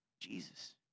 Jesus